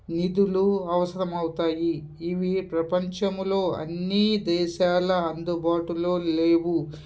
నిధులు అవసరం అవుతాయి ఇవి ప్రపంచంలో అన్నీ దేశాల అందుబాటులో లేవు